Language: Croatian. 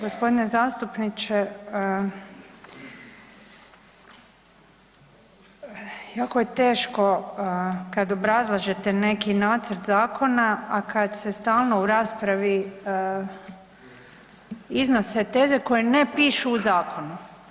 G. zastupniče, jako je teško kad obrazlažete neki nacrt zakona, a kad se stalno u raspravi iznose teze koje ne pišu u zakonu.